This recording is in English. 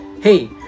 hey